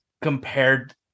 compared